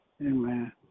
amen